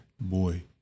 boy